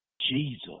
Jesus